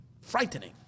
Frightening